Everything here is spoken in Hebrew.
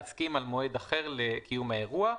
להסכים על מועד אחר לקיום האירוע,